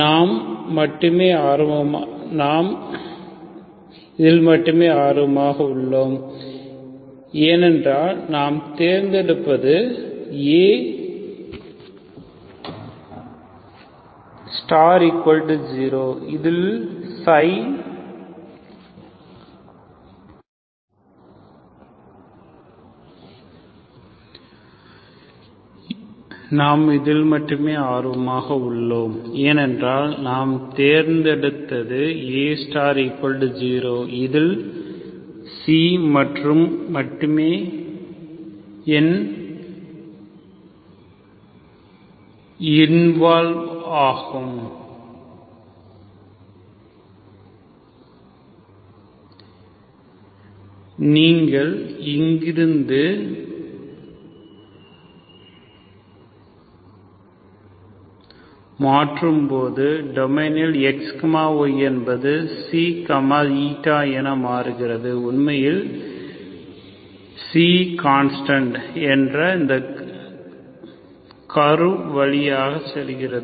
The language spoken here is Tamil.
நாம் இதில் மட்டுமே ஆர்வமாக உள்ளோம் ஏனென்றால் நாம் தேர்ந்தெடுத்தது A0 இதில் ξ மட்டுமே இன்வால்வே ஆகும் நீங்கள் இங்கிருந்து மாற்றும்போது டொமைனில் xy என்பதுξ η என மறுக்கிறது உண்மையில் ξConstant என்ற இந்த கர்வ் வழியாக செல்கிறது